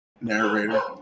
narrator